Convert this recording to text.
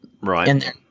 right